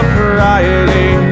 variety